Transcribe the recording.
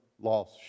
lost